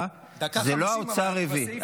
דקה ו-50, ואני רק בסעיף השני שלי.